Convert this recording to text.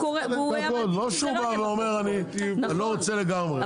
לא שהוא בא ואומר אני לא רוצה לגמרי.